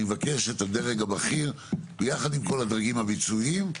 אני מבקש את הדרג הבכיר ביחד עם כל הדרגים הביצועיים,